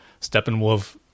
steppenwolf